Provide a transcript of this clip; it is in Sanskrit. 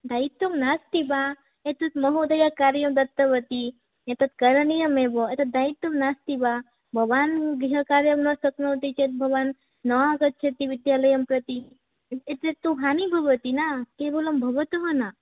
दायित्वं नास्ति वा एतद् महोदया कार्यं दत्तवती एतत् करणीयमेव अत्र दायित्वं नास्ति वा भवान् गृहकार्यं न शक्नोति चेत् भवान् न आगच्छति विद्यालयम्प्रति एतत्तु हानिः भवति न केवलं भवतः न